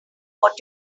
what